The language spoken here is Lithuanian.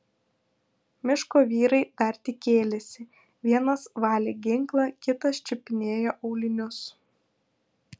miško vyrai dar tik kėlėsi vienas valė ginklą kitas čiupinėjo aulinius